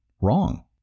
wrong